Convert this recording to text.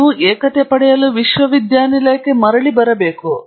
ನೀವು ಏಕತೆ ಪಡೆಯಲು ವಿಶ್ವವಿದ್ಯಾನಿಲಯಕ್ಕೆ ಮರಳಿ ಬರಬೇಕು